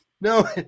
No